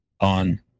on